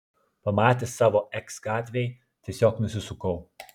pamatęs savo eks gatvėj tiesiog nusisukau